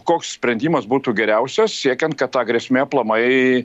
koks sprendimas būtų geriausias siekiant kad ta grėsmė aplamai